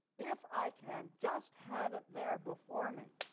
if i can just have it there before me,